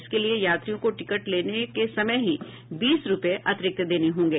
इसके लिए यात्रियों को टिकट लेने के समय ही बीस रूपये अतिरिक्त देने होंगे